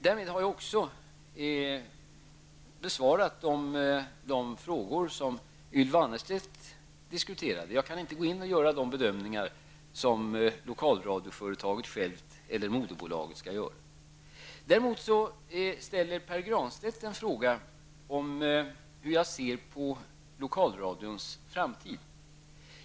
Härmed har jag besvarat de frågor som Ylva Annerstedt diskuterade. Jag kan inte göra de bedömningar som lokalradioföretaget självt eller moderbolaget har att göra. Däremot skall jag bemöta Pär Granstedt, som frågar hur jag ser på lokalradions framtid.